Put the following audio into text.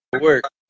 work